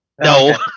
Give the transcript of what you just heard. No